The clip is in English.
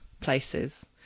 places